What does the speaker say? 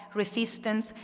resistance